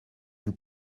vous